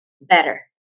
better